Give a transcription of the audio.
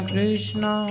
Krishna